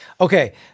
Okay